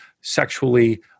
sexually